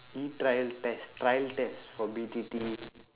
e-trial test trial test for B_T_T